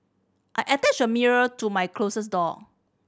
I attached a mirror to my closset door